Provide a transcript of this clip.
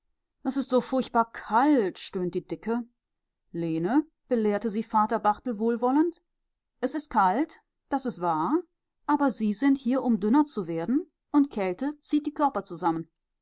es ist so furchtbar kalt stöhnt die dicke lene belehrte sie vater barthel wohlwollend es is kalt das is wahr aber sie sind hier um dünner zu werden und kälte zieht die körper zusammen